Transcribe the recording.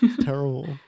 Terrible